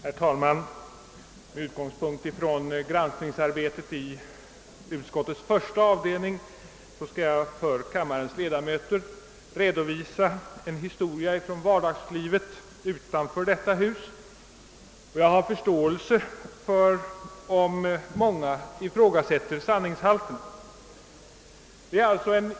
Herr talman! Utgående från granskningsarbetet i konstitutionsutskottets första avdelning skall jag för kammarens ledamöter relatera en historia från vardagslivet utanför detta hus, och jag har då full förståelse för om många ifrågasätter sanningshalten.